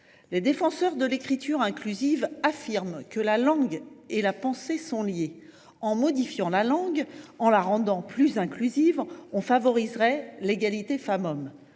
Les défenseurs de l’écriture inclusive affirment que la langue et la pensée sont liées. En modifiant la langue, en la rendant plus inclusive, on favoriserait l’égalité entre les femmes